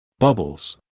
bubbles